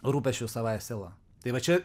rūpesčiu savąja siela tai va čia